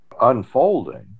unfolding